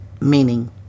meaning